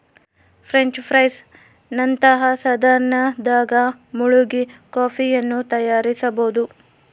French press ನಂತಹ ಸಾಧನದಾಗ ಮುಳುಗಿ ಕಾಫಿಯನ್ನು ತಯಾರಿಸಬೋದು